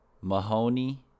Mahoney